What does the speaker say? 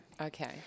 Okay